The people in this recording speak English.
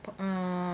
err